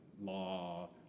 law